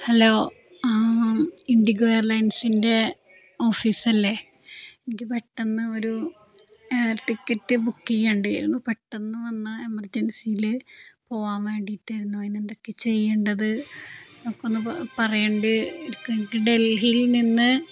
hello IndiGo എയർലൈൻസിൻ്റെ ഓഫീസല്ലേ എനിക്ക് പെട്ടെന്ന് ഒരു ഏർ ടിക്കറ്റ് ബുക്ക് ചെയ്യേണ്ടതായിരുന്നു പെട്ടെന്ന് വന്ന് എമർജൻസിയിൽ പോകാൻ വേണ്ടിയിട്ടായിരുന്നു അതിനെന്തൊക്കെ ചെയ്യേണ്ടത് ഒക്കെയൊന്നു പറയേണ്ടത് ഡൽഹിയിൽ നിന്ന്